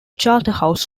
charterhouse